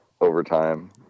overtime